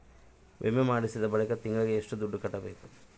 ವಿಮೆ ಮಾಡಿಸಿದ ಬಳಿಕ ತಿಂಗಳಿಗೆ ಎಷ್ಟು ದುಡ್ಡು ಕಟ್ಟಬೇಕು?